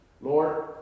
Lord